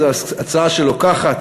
זו הצעה שלוקחת